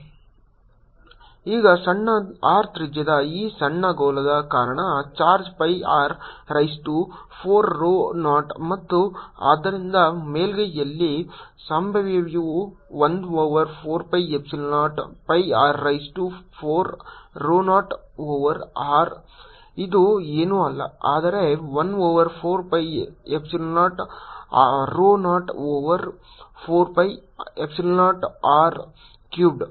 r0r qr0r4πr2dr0r4π00rr3drπ0r4 Qπ0r4 ಈಗ ಸಣ್ಣ r ತ್ರಿಜ್ಯದ ಈ ಸಣ್ಣ ಗೋಳದ ಕಾರಣ charge pi r raise to 4 rho 0 ಮತ್ತು ಆದ್ದರಿಂದ ಮೇಲ್ಮೈಯಲ್ಲಿ ಸಂಭಾವ್ಯತೆಯು 1 over 4 pi epsilon 0 pi r raise to 4 rho 0 over r ಇದು ಏನೂ ಅಲ್ಲ ಆದರೆ 1 over 4 epsilon 0 rho 0 over 4 pi epsilon 0 r cubed